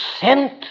sent